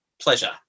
pleasure